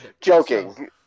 Joking